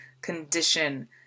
condition